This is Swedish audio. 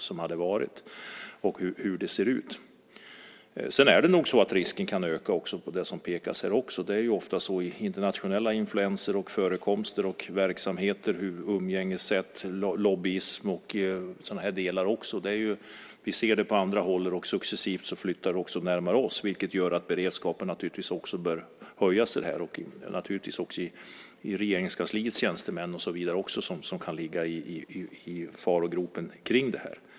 Sedan kan nog risken för detta öka, som det pekas på här, i och med internationella influenser, verksamheter och så vidare där olika umgängessätt och lobbyism förekommer. Vi ser det på andra håll, och successivt flyttar det också närmare oss, vilket gör att beredskapen naturligtvis bör öka. Och naturligtvis gäller det även Regeringskansliets tjänstemän som kan ligga i farozonen i fråga om detta.